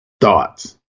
Thoughts